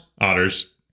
Otters